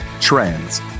trends